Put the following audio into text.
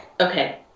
okay